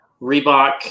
Reebok